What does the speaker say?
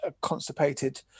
constipated